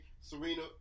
Serena